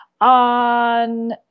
on